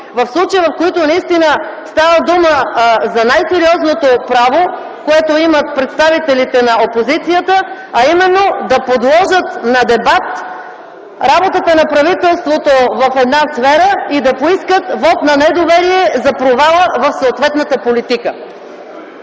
случаи, в които наистина става дума за най-сериозното право, което имат представителите на опозицията, а именно да подложат на дебат работата на правителството в една сфера и да поискат вот на недоверие за провала в съответната политика.